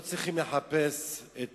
לא צריכים לחפש את